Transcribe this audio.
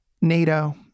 NATO